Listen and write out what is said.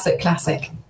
classic